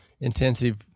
Intensive